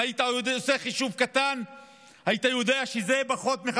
אם היית עושה חישוב קטן היית יודע שזה פחות מ-